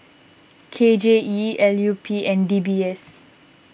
K J E L U P and D B S